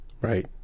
Right